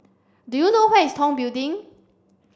do you know where is Tong Building